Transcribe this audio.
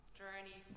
journey